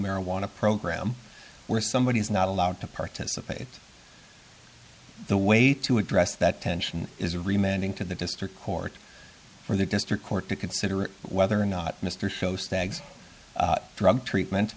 marijuana program where somebody is not allowed to participate the way to address that tension is remaining to the district court for the district court to consider whether or not mr show stags drug treatment